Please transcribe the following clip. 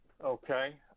Okay